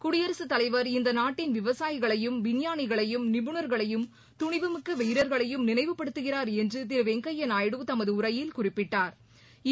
குடியரசுத் தலைவர் இந்த நாட்டின் விவசாயிகளையும் விஞ்ஞானிகளையும் நிபுணர்களையும் துணிவுமிக்க வீரர்களையும் நினைவுபடுத்துகிறார் என்று திரு வெங்கையா நாயுடு தமது உரையில் குறிப்பிட்டா்